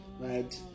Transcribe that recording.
right